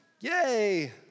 yay